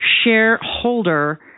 shareholder